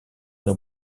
для